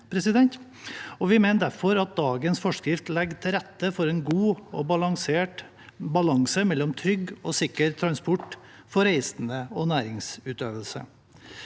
Vi mener derfor at dagens forskrift legger til rette for en god balanse og trygg og sikker transport for reisende og næringsutøvende.